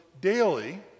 daily